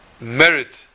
merit